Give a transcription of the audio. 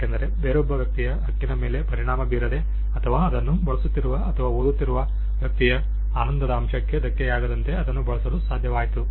ಏಕೆಂದರೆ ಬೇರೊಬ್ಬ ವ್ಯಕ್ತಿಯ ಹಕ್ಕಿನ ಮೇಲೆ ಪರಿಣಾಮ ಬೀರದೆ ಅಥವಾ ಅದನ್ನು ಬಳಸುತ್ತಿರುವ ಅಥವಾ ಓದುತ್ತಿರುವ ವ್ಯಕ್ತಿಯ ಆನಂದದ ಅಂಶಕ್ಕೆ ಧಕ್ಕೆಯಾಗದಂತೆ ಅದನ್ನು ಬಳಸಲು ಸಾಧ್ಯವಾಯಿತು